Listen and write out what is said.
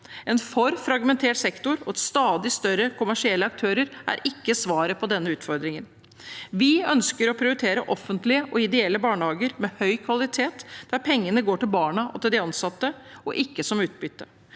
En for fragmentert sektor og stadig større kommersielle aktører er ikke svaret på denne utfordringen. Vi ønsker å prioritere offentlige og ideelle barnehager med høy kvalitet, der pengene går til barna og til de ansatte, ikke til utbytte.